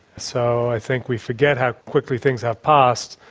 so i think we forget how quickly things have passed,